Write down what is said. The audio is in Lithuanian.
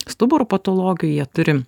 stuburo patologijų jie turi